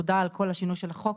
תודה על כל השינוי של החוק.